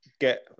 get